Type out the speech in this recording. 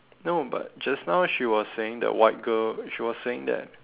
no but just now she was saying that white girl she was saying that